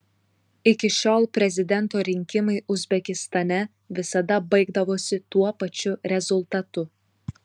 iki šiol prezidento rinkimai uzbekistane visada baigdavosi tuo pačiu rezultatu